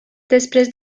després